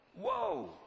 whoa